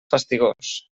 fastigós